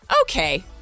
okay